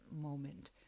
moment